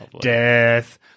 death